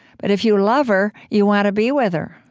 but if you love her, you want to be with her.